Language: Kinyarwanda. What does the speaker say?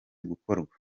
gukorwa